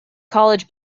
college